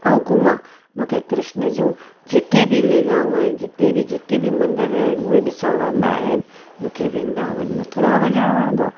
ऐं घुमा मूंखे कृष्न जूं जेतरी भी लीलाऊं आहिनि जिते बि जेके बि मंदर आहिनि उहे ॾिसण वणंदा आहिनि मूंखे वृंदावन मथुरा वञण वणंदो आहे